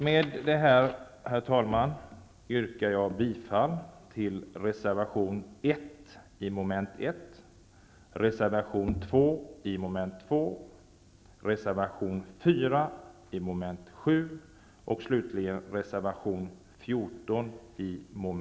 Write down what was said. Med detta, herr talman, yrkar jag bifall till reservation 1 , reservation 2 , reservation 4 samt reservation 14 (mom.